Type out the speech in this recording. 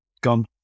gone